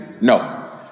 No